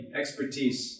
expertise